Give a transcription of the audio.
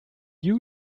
you